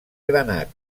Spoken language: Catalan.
granat